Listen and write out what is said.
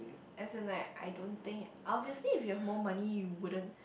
as in like I don't think obviously if you have more money you wouldn't